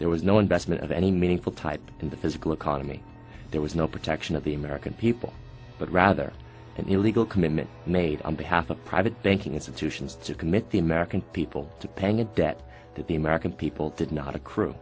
there was no investment of any meaningful type in the physical economy there was no protection of the american people but rather an illegal commitment made on behalf of private banking institutions to commit the american people to paying a debt that the american people did not accr